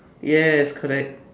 yes correct